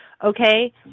okay